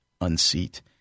unseat